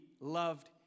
loved